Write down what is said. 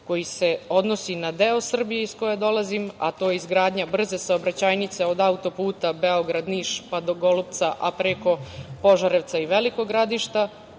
koji se odnosi na deo Srbije iz kog dolazim, a to je izgradnja brze saobraćajnice od autoputa Beograd-Niš, pa do Golupca, a preko Požarevca i Velikog Gradišta,